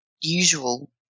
usual